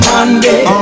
Monday